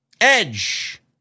Edge